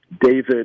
David